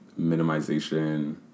minimization